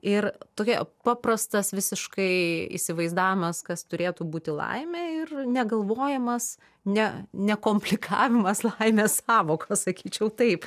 ir tokia paprastas visiškai įsivaizdavimas kas turėtų būti laimė ir negalvojimas ne nekomplikavimas laimės sąvokos sakyčiau taip